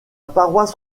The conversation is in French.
paroisse